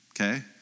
okay